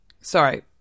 sorry